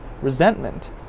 resentment